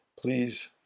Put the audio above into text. Please